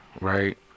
right